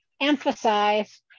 emphasize